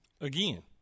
Again